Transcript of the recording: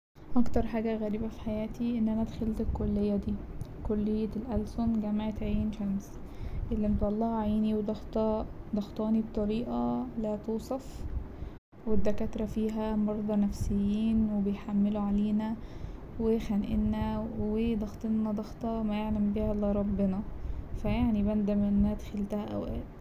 أكتر حاجة غريبة في حياتي إن أنا دخلت الكلية دي كلية الألسن جامعة عين شمس اللي مطلعه عيني وضاغطه- ضاغطاني بطريقة لا توصف والدكاترة فيها مرضى نفسيين وبيحملوا علينا وخانقنا وضاغطنا ضغطة ما يعلم بيها إلا ربنا فا يعني بندم إن أنا دخلتها أوقات.